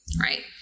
Right